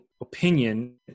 opinion